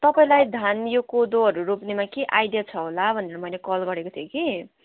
तपाईँलाई धान यो कोदोहरू रोप्नेमा केही आइडिया छ होला भनेर मैले कल गरेको थिएँ कि